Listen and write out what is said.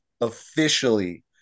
officially